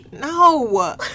No